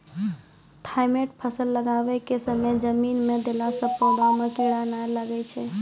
Thimet फ़सल लगाबै के समय जमीन मे देला से पौधा मे कीड़ा नैय लागै छै?